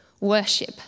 Worship